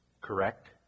correct